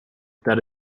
that